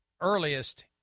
earliest